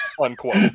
Unquote